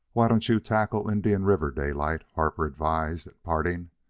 why don't you tackle indian river, daylight? harper advised, at parting.